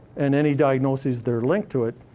and any diagnoses that are linked to it,